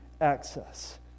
access